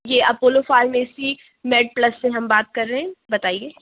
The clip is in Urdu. یہ اپولو فارمیسی میڈ پلس سے ہم بات کر رہے ہیں بتائیے